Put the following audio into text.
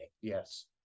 Yes